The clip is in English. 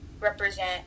represent